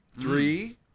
three